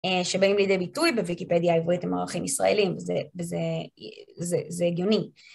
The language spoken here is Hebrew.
שבאים לידי ביטוי בוויקיפדיה העברית עם ערכים ישראלים, וזה הגיוני.